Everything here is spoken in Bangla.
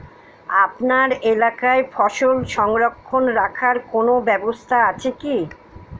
আপনার এলাকায় ফসল সংরক্ষণ রাখার কোন ব্যাবস্থা আছে কি?